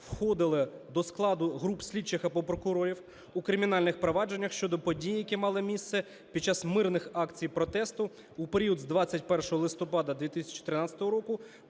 входили до складу груп слідчих або прокурорів) у кримінальних провадженнях щодо подій, які мали місце під час мирних акцій протесту у період з 21 листопада 2013 по